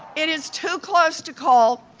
it is too close to call,